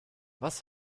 was